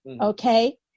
okay